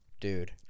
Dude